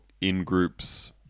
in-group's